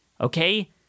okay